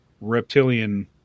reptilian